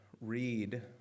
read